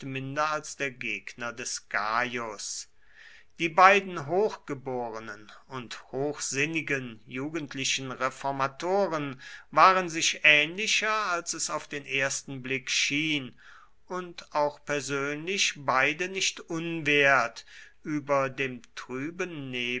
als der gegner des gaius die beiden hochgeborenen und hochsinnigen jugendlichen reformatoren waren sich ähnlicher als es auf den ersten blick schien und auch persönlich beide nicht unwert über dem trüben